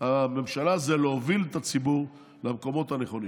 הממשלה הוא להוביל את הציבור למקומות הנכונים.